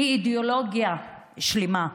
הוא אידיאולוגיה שלמה,